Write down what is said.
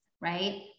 Right